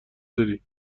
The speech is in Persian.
داری